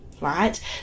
right